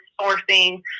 sourcing